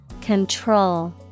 Control